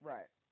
Right